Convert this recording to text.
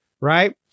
right